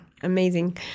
Amazing